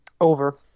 Over